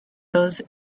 those